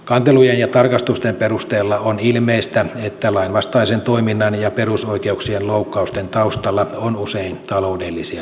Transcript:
kantelujen ja tarkastusten perusteella on ilmeistä että lainvastaisen toiminnan ja perusoikeuksien loukkausten taustalla on usein taloudellisia syitä